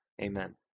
AMEN